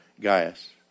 Gaius